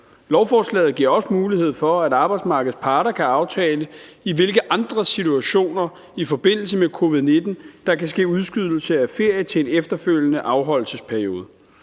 Lovforslaget giver også mulighed for, at arbejdsmarkedets parter kan aftale, i hvilke andre situationer i forbindelse med covid-19 der kan ske udskydelse af ferie til en efterfølgende afholdelsesperiode.